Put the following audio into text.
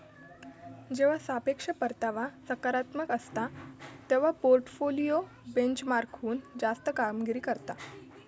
जेव्हा सापेक्ष परतावा सकारात्मक असता, तेव्हा पोर्टफोलिओ बेंचमार्कहुन जास्त कामगिरी करता